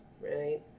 right